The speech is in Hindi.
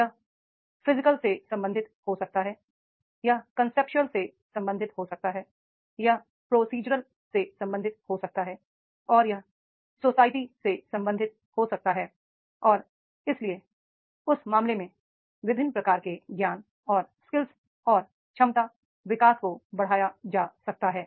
यह फिजिकल से संबंधित हो सकता है यह कांसेप्चुअल से संबंधित हो सकता है यह प्रोसीजरल से संबंधित हो सकता है और यह सामाजिक ज्ञान से संबंधित हो सकता है और इसलिए उस मामले में विभिन्न प्रकार के ज्ञान और स्किल्स और क्षमता विकास को बढ़ाया जा सकता है